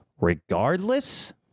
Regardless